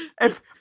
If-